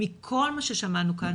מכל מה ששמענו כאן,